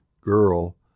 girl